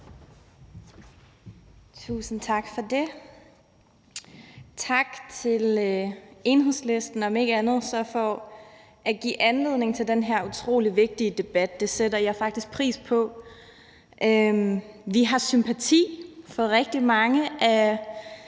Tusind tak for det. Tak til Enhedslisten om ikke andet så for at give anledning til den her utrolig vigtige debat. Det sætter jeg faktisk pris på. Vi har sympati for rigtig mange af